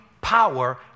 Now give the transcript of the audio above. power